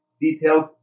details